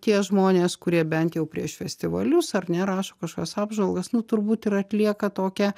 tie žmonės kurie bent jau prieš festivalius ar ne rašo kažkokias apžvalgas nu turbūt ir atlieka tokią